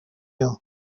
you